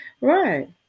Right